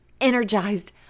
energized